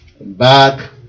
Back